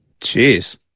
Jeez